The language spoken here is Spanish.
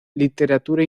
literatura